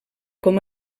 com